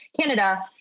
Canada